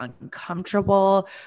uncomfortable